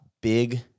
big